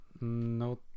no